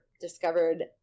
discovered